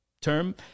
term